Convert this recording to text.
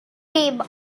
dim